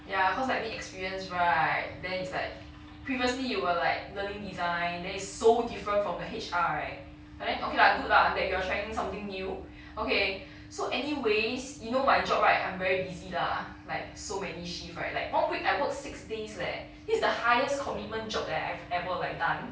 ya cause like need experience right then it's like previously you were like learning design that is so different from the H_R right but then okay lah good lah that you are trying something new okay so anyways you know my job right I'm very busy lah like so many shift right like one week I work six days leh it's the highest commitment job that I've ever like done